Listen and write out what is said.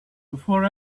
for